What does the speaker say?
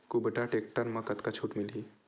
कुबटा टेक्टर म कतका छूट मिलही?